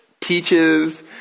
teaches